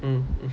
mm mm